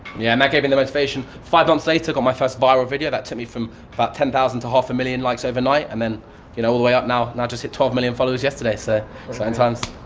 yeah, and that give me the motivation. five months later, got my first viral video, that took me from about ten thousand to half a million likes overnight, and then, you know, all the way up now. now i just hit twelve million followers yesterday, so sometimes.